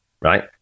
Right